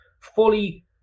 fully